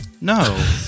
No